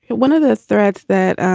one of the threads that